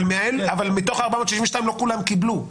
אבל מתוך 462,000 לא כולם קיבלו.